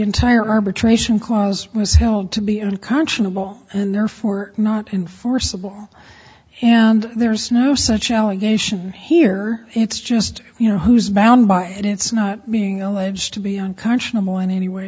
entire arbitration clause was held to be unconscionable and therefore not enforceable and there's no such allegation here it's just you know who's bound by and it's not being alleged to be unconscionable in any way